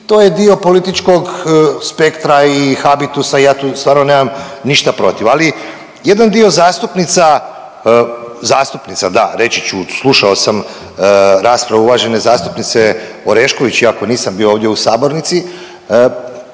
to je dio političkog spektra i habitusa i ja tu stvarno nemam ništa protiv, ali jedan dio zastupnica, zastupnica da reći ću slušao sam raspravu uvažene zastupnice Orešković iako nisam bio ovdje u sabornici,